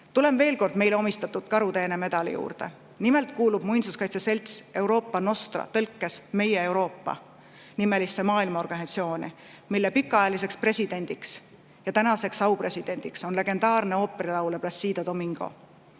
Tulen veel kord meile antud Karuteene medali juurde. Nimelt kuulub muinsuskaitse selts Europa Nostra – tõlkes "Meie Euroopa" – nimelisse maailmaorganisatsiooni, mille pikaaegne president ja praegune aupresident on legendaarne ooperilaulja Plácido Domingo.